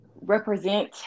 represent